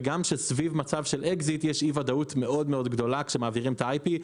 וגם שסביב מצב אקזיט יש אי ודאות מאוד גדולה כשמעבירים את ה-IP,